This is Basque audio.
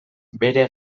bere